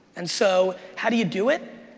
and so how do you do it?